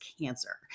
cancer